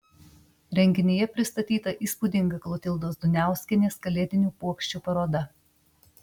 renginyje pristatyta įspūdinga klotildos duniauskienės kalėdinių puokščių paroda